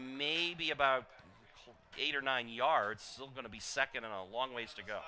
maybe about eight or nine yards so i'm going to be second in a long ways to go